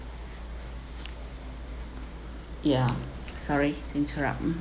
ya sorry interrupt mm